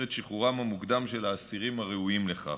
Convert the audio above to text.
את שחרורם המוקדם של האסירים הראויים לכך.